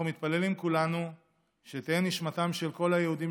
אנחנו מתפללים כולנו שתהא נשמתם של כל היהודים